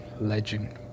legend